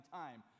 time